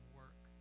work